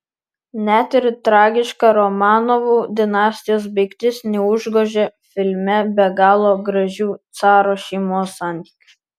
net ir tragiška romanovų dinastijos baigtis neužgožia filme be galo gražių caro šeimos santykių